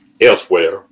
elsewhere